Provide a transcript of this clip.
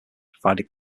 provided